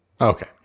Okay